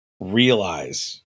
realize